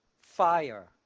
fire